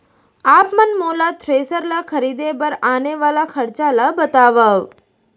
आप मन मोला थ्रेसर ल खरीदे बर आने वाला खरचा ल बतावव?